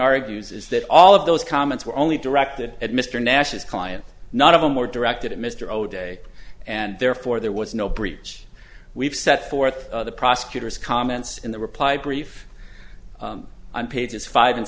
argues is that all of those comments were only directed at mr nash's client none of them were directed at mr o'day and therefore there was no breach we've set forth the prosecutor's comments in the reply brief on pages five and